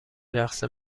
رقص